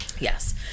Yes